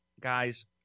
guys –